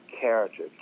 character